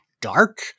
dark